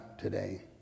today